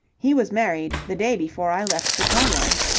he was married the day before i left chicago.